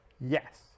Yes